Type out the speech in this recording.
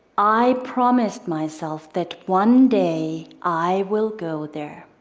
i promised myself that one day i will go there.